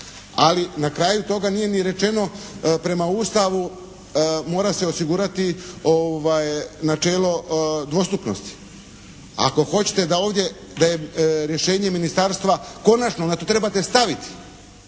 Ali na kraju toga nije ni rečeno prema Ustavu mora se osigurati načelo dvostupnosti. Ako hoćete da je ovdje rješenje ministarstva konačno, znači tu trebate staviti.